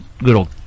little